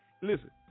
Listen